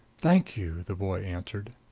thank you, the boy answered.